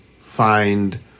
find